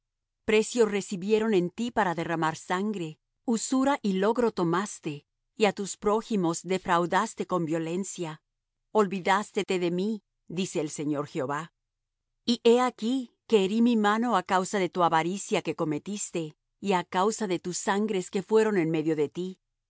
precio recibieron en ti para derramar sangre usura y logro tomaste y á tus prójimos defraudaste con violencia olvidástete de mí dice el señor jehová y he aquí que herí mi mano á causa de tu avaricia que cometiste y á causa de tus sangres que fueron en medio de ti